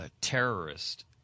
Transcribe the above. terrorist